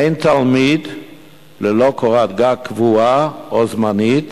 אין תלמיד ללא קורת גג קבועה או זמנית,